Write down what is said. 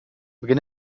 beginn